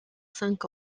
cinq